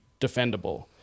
defendable